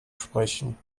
sprechen